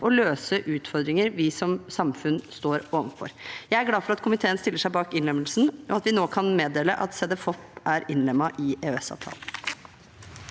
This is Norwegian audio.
og løse utfordringer vi som samfunn står overfor. Jeg er glad for at komiteen stiller seg bak innlemmelsen, og at vi nå kan meddele at Cedefop er innlemmet i EØS-avtalen.